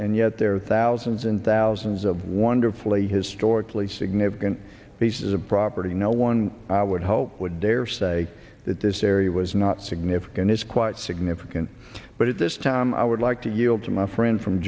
and yet there are thousands and thousands of wonderfully historically significant pieces of property no one would hope would dare say that this area was not significant is quite significant but at this time i would like to yield to my friend from